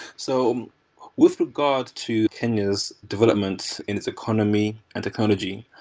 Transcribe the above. so with regards to kenya's development and its economy and technology,